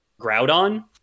Groudon